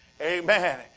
Amen